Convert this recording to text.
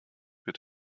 wird